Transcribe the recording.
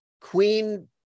queen